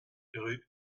rue